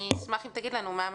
אשמח אם תגיד לנו מה המצב.